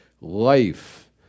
Life